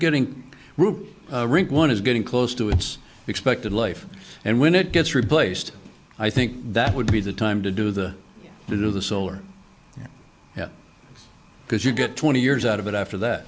getting roup rink one is getting close to its expected life and when it gets replaced i think that would be the time to do the do the solar because you get twenty years out of it after that